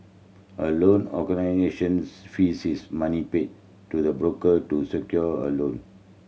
a loan fees is money paid to the broker to secure a loan